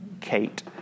Kate